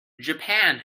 japan